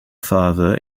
father